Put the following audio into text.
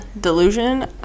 delusion